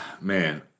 man